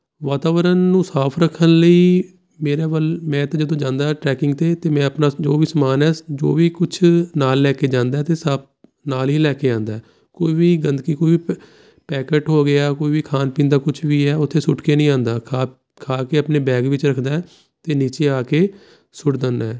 ਵਾਤਾਵਰਨ ਨੂੰ ਸਾਫ ਰੱਖਣ ਲਈ ਮੇਰੇ ਵੱਲੋਂ ਮੈਂ ਤਾਂ ਜਦੋਂ ਜਾਂਦਾ ਟਰੈਕਿੰਗ 'ਤੇ ਅਤੇ ਮੈਂ ਆਪਣਾ ਜੋ ਵੀ ਸਮਾਨ ਆ ਜੋ ਵੀ ਕੁਛ ਨਾਲ ਲੈ ਕੇ ਜਾਂਦਾ ਅਤੇ ਸਭ ਨਾਲ ਹੀ ਲੈ ਕੇ ਆਉਂਦਾ ਕੋਈ ਵੀ ਗੰਦਗੀ ਕੋਈ ਵੀ ਪੈਕਟ ਹੋ ਗਿਆ ਕੋਈ ਵੀ ਖਾਣ ਪੀਣ ਦਾ ਕੁਛ ਵੀ ਹੈ ਉੱਥੇ ਸੁੱਟ ਕੇ ਨਹੀਂ ਆਉਂਦਾ ਖਾ ਖਾ ਕੇ ਆਪਣੇ ਬੈਗ ਵਿੱਚ ਰੱਖਦਾ ਅਤੇ ਨੀਚੇ ਆ ਕੇ ਸੁੱਟ ਦਿੰਦਾ